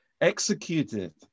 executed